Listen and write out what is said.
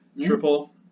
Triple